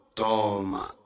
toma